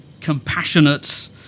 compassionate